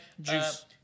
juice